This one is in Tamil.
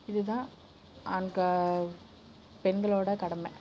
இது தான் ஆண்க பெண்களோட கடமை